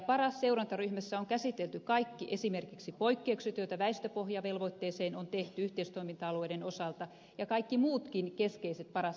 paras seurantaryhmässä on käsitelty esimerkiksi kaikki poikkeukset joita väestöpohjavelvoitteeseen on tehty yhteistoiminta alueiden osalta ja kaikki muutkin keskeiset paras hankkeen suuntaviivat